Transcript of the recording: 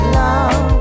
love